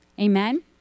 Amen